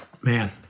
Man